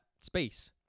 space